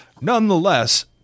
Nonetheless